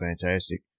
fantastic